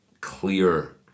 clear